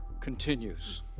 continues